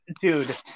dude